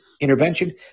intervention